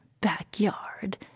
backyard